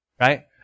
right